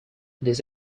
this